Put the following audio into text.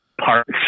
parts